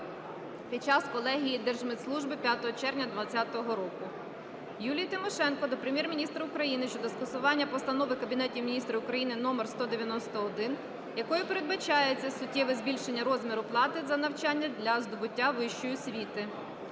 під час колегії Держмитслужби 5 червня 2020 року. Юлії Тимошенко до Прем'єр-міністра України щодо скасування Постанови Кабінету Міністрів України № 191, якою передбачається суттєве збільшення розміру плати за навчання для здобуття вищої освіти.